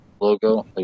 logo